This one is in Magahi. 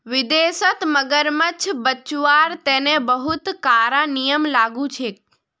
विदेशत मगरमच्छ बचव्वार तने बहुते कारा नियम लागू छेक